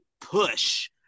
push